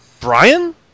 Brian